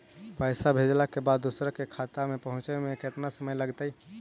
पैसा भेजला के बाद दुसर के खाता में पहुँचे में केतना समय लगतइ?